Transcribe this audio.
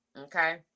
okay